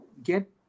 get